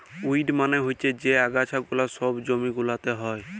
weed মালে হচ্যে যে আগাছা গুলা সব জমি গুলাতে হ্যয়